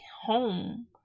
home